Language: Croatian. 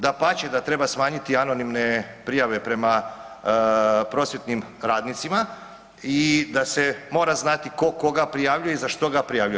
Dapače da treba smanjiti anonimne prijave prema prosvjetnim radnicima i da se mora znati tko koga prijavljuje i za što ga prijavljuje.